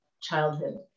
childhood